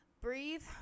breathe